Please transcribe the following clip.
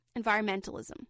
environmentalism